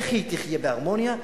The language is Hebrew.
איך היא תחיה בהרמוניה?